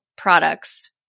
products